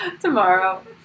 Tomorrow